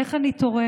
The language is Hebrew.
איך אני תורם?